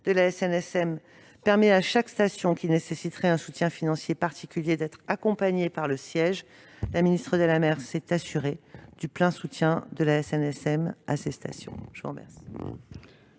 de la SNSM permet à chaque station qui nécessiterait un soutien financier particulier d'être accompagnée par le siège, et je me suis bien assurée du plein soutien de la SNSM à ces stations. » La parole